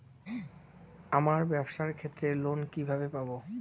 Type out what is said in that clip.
আমার ব্যবসার ক্ষেত্রে লোন কিভাবে পাব?